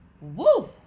woo